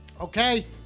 okay